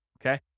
Okay